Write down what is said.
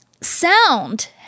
sound